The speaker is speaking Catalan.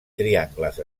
triangles